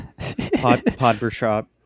podbershop